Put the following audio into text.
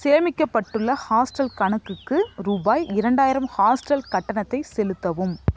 சேமிக்கப்பட்டுள்ள ஹாஸ்டல் கணக்குக்கு ரூபாய் இரண்டாயிரம் ஹாஸ்டல் கட்டணத்தைச் செலுத்தவும்